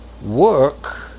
work